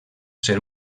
ser